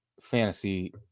fantasy